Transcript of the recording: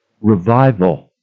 Revival